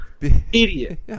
idiot